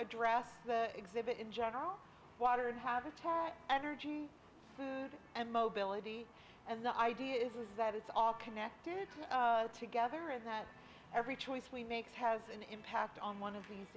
address the exhibit in general water and habitat energy food and mobility and the idea is is that it's all connected together and that every choice we make has an impact on one of